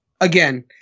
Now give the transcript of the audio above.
again